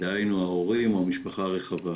דהיינו ההורים או המשפחה הרחבה.